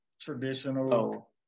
Traditional